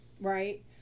right